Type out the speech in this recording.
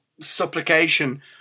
supplication